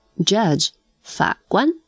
Judge,法官